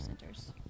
centers